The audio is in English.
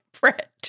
Brett